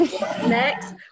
next